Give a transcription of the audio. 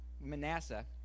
Manasseh